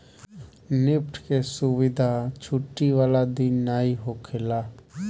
NEFT के सुविधा छुट्टी वाला दिन नाइ होखेला